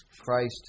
Christ